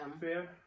Fair